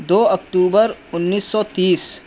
دو اکتوبر انیس سو تیس